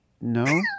No